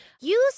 Use